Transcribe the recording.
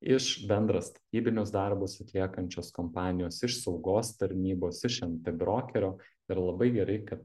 iš bendras statybinius darbus atliekančios kompanijos iš saugos tarnybos iš nt brokerio ir labai gerai kad